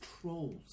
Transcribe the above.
trolls